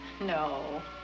No